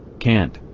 kant.